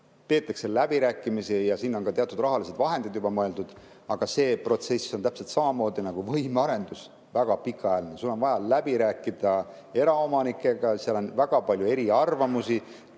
peetakse läbirääkimisi ning sinna on ka teatud rahalised vahendid juba mõeldud. Aga see protsess on täpselt samamoodi nagu võimearendus väga pikaajaline. Sul on vaja läbi rääkida eraomanikega, seal on väga palju eriarvamusi